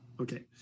Okay